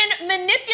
manipulating